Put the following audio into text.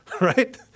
Right